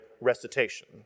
recitation